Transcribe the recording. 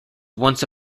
once